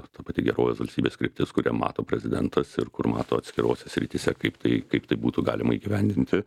ta pati gerovės valstybės kryptis kurią mato prezidentas ir kur mato atskirose srityse kaip tai kaip tai būtų galima įgyvendinti